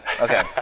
Okay